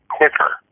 quicker